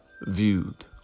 viewed